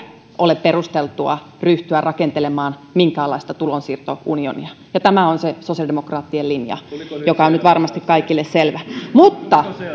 ole perusteltua ryhtyä rakentelemaan minkäänlaista tulonsiirtounionia tämä on sosiaalidemokraattien linja ja se on nyt varmasti kaikille selvä mutta